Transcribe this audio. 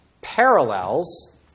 parallels